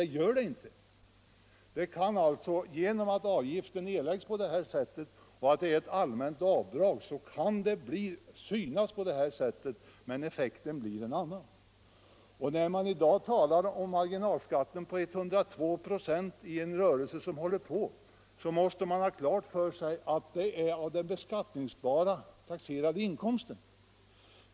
Det gör det inte. Det kan genom att avgiften erläggs på detta sätt och genom att det är ett allmänt avdrag synas vara så, men effekten blir en annan. När man i dag talar om marginalskatt på 102 96 för en rörelseidkare måste man ha klart för sig att procentberäkningen utgår från den beskattningsbara taxerade inkomsten.